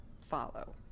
follow